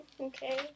Okay